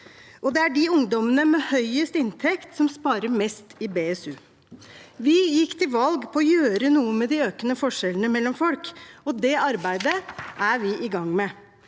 og det er de ungdommene med høyest inntekt, som sparer mest i BSU. Vi gikk til valg på å gjøre noe med de økende forskjellene mellom folk, og det arbeidet er vi i gang med.